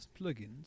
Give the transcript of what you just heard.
plugins